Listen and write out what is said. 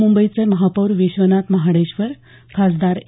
मुंबईचे महापौर विश्वनाथ महाडेश्वर खासदार ए